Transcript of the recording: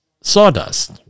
sawdust